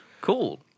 Cool